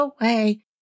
away